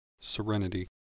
SERENITY